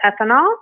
Ethanol